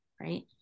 right